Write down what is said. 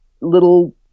little